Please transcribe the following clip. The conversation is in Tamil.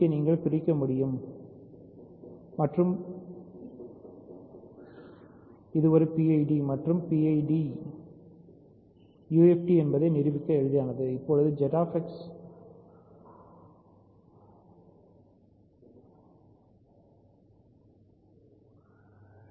நான் ஒரு பொதுவான அறிக்கையை வெளியிடுவதற்கு முன்பு இதை விரைவாக மதிப்பாய்வு செய்கிறேன்